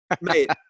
mate